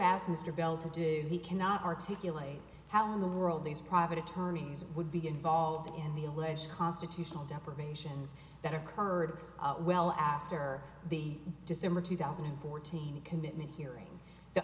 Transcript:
mr bell to do he cannot articulate how in the world these private attorneys would be involved in the alleged constitutional deprivations that occurred well after the december two thousand and fourteen commitment hearing the